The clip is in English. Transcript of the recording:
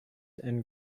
and